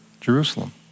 Jerusalem